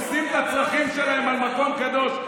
עושים את הצרכים שלהם על מקום קדוש.